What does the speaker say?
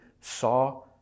saw